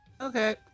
Okay